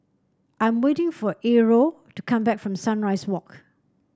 I'm waiting for Errol to come back from Sunrise Walk